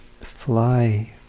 fly